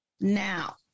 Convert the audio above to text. Now